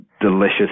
delicious